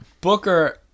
Booker